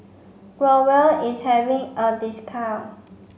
Growell is having a discount